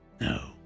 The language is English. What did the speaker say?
No